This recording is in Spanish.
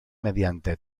mediante